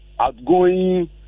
outgoing